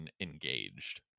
engaged